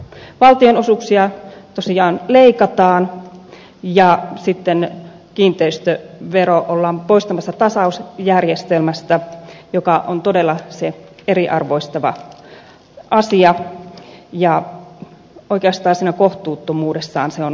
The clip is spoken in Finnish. valtionosuuksia tosiaan leikataan ja sitten kiinteistöveroa ollaan poistamassa tasausjärjestelmästä mikä on todella se eriarvoistava asia oikeastaan siinä kohtuuttomuudessaan se on käsittämätön